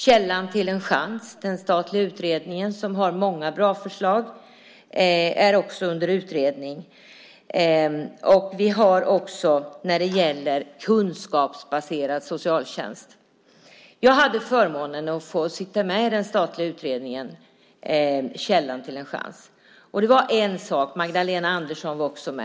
Källan till en chans , betänkandet från den statliga utredningen, som har många bra förslag, är också under utredning. Vi har också, när det gäller, kunskapsbaserad socialtjänst. Jag hade förmånen att få sitta med i den statliga utredningen vars betänkande heter Källan till en chans . Magdalena Andersson var också med.